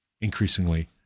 increasingly